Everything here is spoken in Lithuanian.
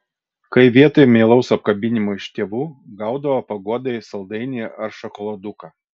kai vietoj meilaus apkabinimo iš tėvų gaudavo paguodai saldainį ar šokoladuką